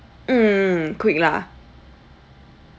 mm mm mm quick lah